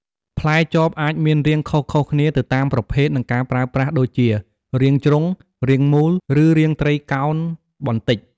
ផ្លែចបអាចមានរាងខុសៗគ្នាទៅតាមប្រភេទ និងការប្រើប្រាស់ដូចជា រាងជ្រុង រាងមូល ឬរាងត្រីកោណបន្តិច។